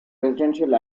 residential